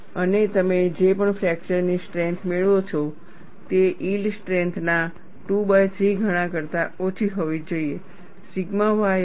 અને તમે જે પણ ફ્રેકચર ની સ્ટ્રેન્થ મેળવો છો તે યીલ્ડ સ્ટ્રેન્થ ના 2 બાય 3 ગણા કરતા ઓછી હોવી જોઈએ સિગ્મા ys